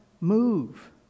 move